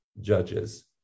judges